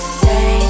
say